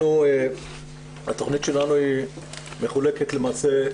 התכנית שלנו היא מחולקת למעשה,